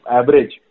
average